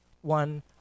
one